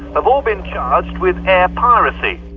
have all been charged with air piracy.